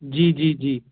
जी जी जी